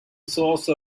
source